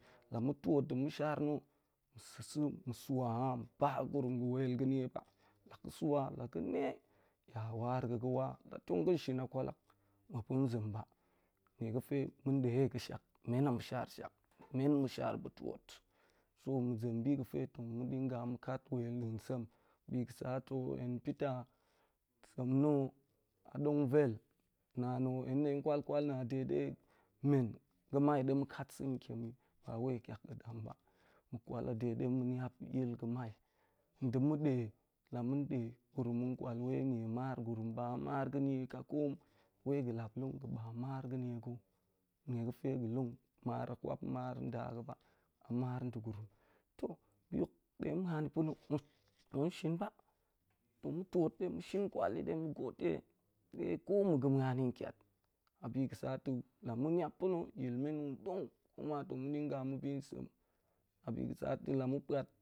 La ma̱ tuot nɗe ma̱ nie na̱ ma̱ sa̱ sa̱ ma̱ sua haam, ba gurum, ga̱ wel ga̱ nie ba̱, la ga̱ sua la ga ne ya war a̱ ga̱ wa, la tong ga̱ shin a kwalak muap dong zem ba, nie ga̱fe ma̱n de a ga̱shak men a ma̱shar shak, men ma̱ shar pa̱ tuot. So ma̱ zem bi ga̱fe tong ma̱ diga ma kat wel da̱a̱n sem bi ga̱ sa̱ to hen peter sem na̱ a donguel, naan na̱ hen de kwal kwal na̱ a de de men ga̱mai ɗe ma̱ kat sa̱n tiem yi ba wai kiak ga̱ dam bam, kwal a ɗe ga̱pe ma̱ niap yi ga̱mai. Nɗa̱ ma̱ ɗe la ma̱n ɗe gurum tong kwal wai nie mar gurum baam mar ga̱ nie ka koom wai ga̱ lap long ga̱ baam mar ga̱ nie ga̱ nie ga̱fe ga̱ long mar a kwap mar nda ga̱ ba a mar nɗe gurum. To bi hok ɗe haan na̱ pa̱ na̱ tong shin ba, tong ma̱ tuot ɗe ma̱ shin kwal yi ɗe ma̱ gode de ko ma̱ ga̱ muan ni kyat. A bi ga̱ sa to la ma̱ niap pa̱ na yil men tong dong kuma tong ma̱ dinga ma̱ bi sem, a bi ga̱ sa to la ma̱ puat